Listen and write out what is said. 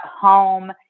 home